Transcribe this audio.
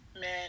man